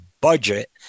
budget